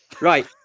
Right